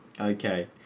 Okay